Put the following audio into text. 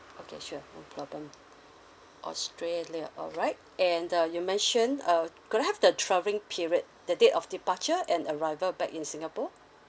okay sure no problem australia alright and uh you mentioned uh could I have the travelling period the date of departure and arrival back in singapore